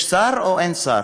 יש שר או אין שר?